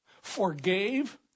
forgave